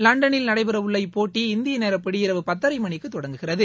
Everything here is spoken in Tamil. லண்டனில் நடைபெறவுள்ள இப்போட்டி இந்திய நேரப்படி இரவு பத்தரை மணிக்கு தொடங்குகிறது